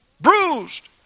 bruised